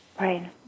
Right